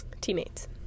teammates